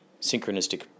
synchronistic